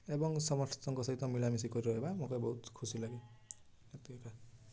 ଏବଂ ସମସ୍ତଙ୍କ ସହିତ ମିଳାମିଶି କରି ରହିବା ମୋତେ ବହୁତ ଖୁସି ଲାଗେ ଏତିକି ଏକା